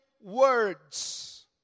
words